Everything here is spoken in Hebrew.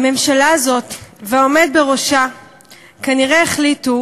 הממשלה הזאת והעומד בראשה כנראה החליטו